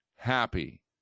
happy